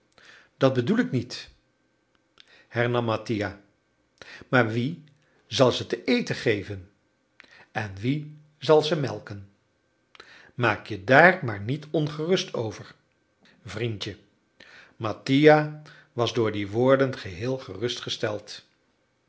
dat bedoel ik niet hernam mattia maar wie zal ze te eten geven en wie zal ze melken maak je daar maar niet ongerust over vriendje mattia was door die woorden geheel